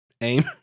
aim